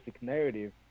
narrative